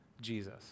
Jesus